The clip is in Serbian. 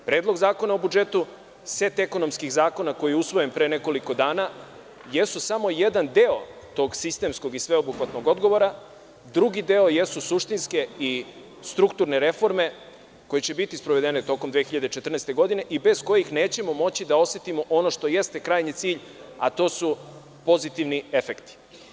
Predlog zakona o budžetu, set ekonomskih zakona koji je usvojen pre nekoliko dana, jesu samo jedan deo tog sistemskog i sveobuhvatnog odgovora, drugi deo jesu suštinske i strukturne reforme, koje će biti sprovedene 2014. godine i bez kojih nećemo moći da osetimo ono što jeste krajnji cilj, a to su pozitivni efekti.